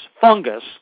fungus